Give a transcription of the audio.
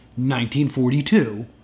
1942